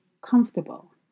comfortable